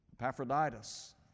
Epaphroditus